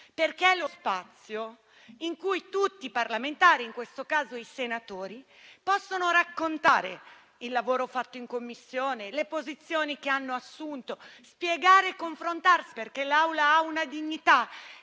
perché è lo spazio in cui tutti i parlamentari, in questo caso i senatori, possono raccontare il lavoro fatto in Commissione e le posizioni che hanno assunto, spiegare e confrontarsi, perché l'Assemblea ha una dignità.